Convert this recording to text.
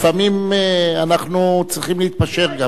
לפעמים אנחנו צריכים להתפשר גם.